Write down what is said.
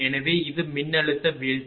எனவே இது மின்னழுத்த வீழ்ச்சி